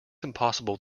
impossible